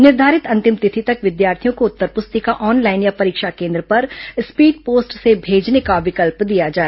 निर्धारित अंतिम तिथि तक विद्यार्थियों को उत्तर पुस्तिका ऑनलाइन या परीक्षा केन्द्र पर स्पीड पोस्ट से भेजने का विकल्प दिया जाए